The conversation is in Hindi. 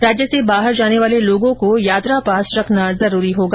राज्य से बाहर जाने वाले लोगों को यात्रा पास रखना जरूरी होगा